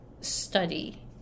study